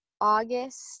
August